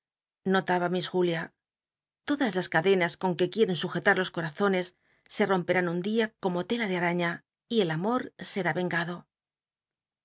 notaba miss julia todas las cadenas ron que quieren sujetar los corazones se romperün un dia como lela de ataiia y el amor será vengado